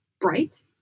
bright